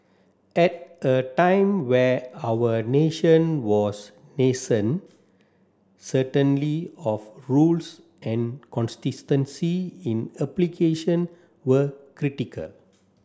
at a time where our nation was nascent certainly of rules and consistency in application were critical